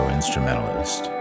instrumentalist